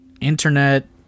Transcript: internet